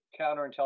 counterintelligence